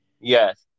Yes